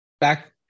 back